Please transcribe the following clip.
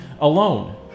alone